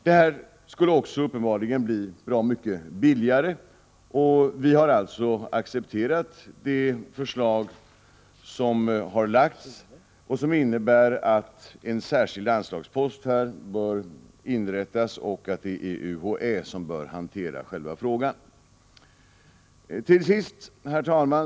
Det skulle dessutom uppenbarligen bli bra mycket billigare, och vi har alltså accepterat det förslag som har lagts fram och som innebär att en särskild anslagspost bör inrättas. UHÄ bör hantera den frågan. Herr talman!